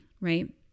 right